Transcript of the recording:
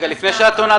לפני שאת עונה,